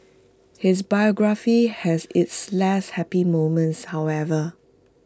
his biography has its less happy moments however